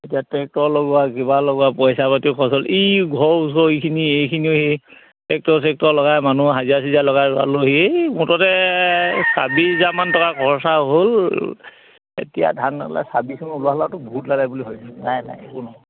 এতিয়া ট্ৰেক্টৰ লগোৱা কিবা লগোৱা পইচা পাতি খৰচ হ'ল ঘৰ ওচৰ এইখিনি এইখিনি সি টেক্টৰ চেক্টৰ লগাই মানুহ হাজিৰা চাজিয়া লগাই মুঠতে ছাব্বিছ হাজাৰমান টকা খৰচা হ'ল এতিয়া ধান